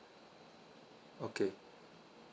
okay